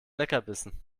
leckerbissen